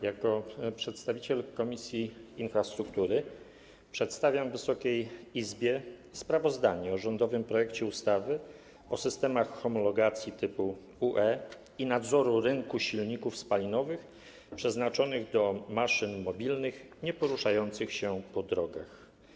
Jako przedstawiciel Komisji Infrastruktury przedstawiam Wysokiej Izbie sprawozdanie o rządowym projekcie ustawy o systemach homologacji typu UE i nadzoru rynku silników spalinowych przeznaczonych do maszyn mobilnych nieporuszających się po drogach.